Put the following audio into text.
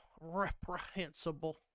Reprehensible